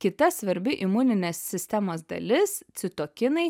kita svarbi imuninės sistemos dalis citokinai